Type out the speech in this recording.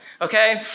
okay